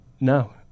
No